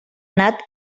anat